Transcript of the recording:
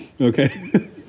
Okay